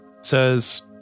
says